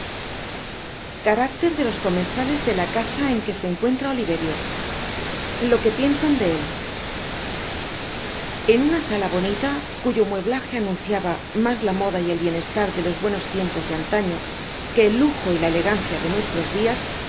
caracter di los comensales db la casa en que se encuentra oliverio lo que piensan de el ü n una sala bonita cuyo mueblaje anunciaba mas la moda y el bienestar de los buenos tiempos de antaño que el lujo y la elegancia de nuestros dias